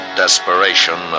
desperation